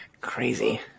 Crazy